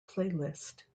playlist